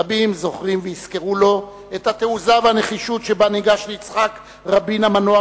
רבים זוכרים ויזכרו לו את התעוזה והנחישות שבהן ניגש ליצחק רבין המנוח,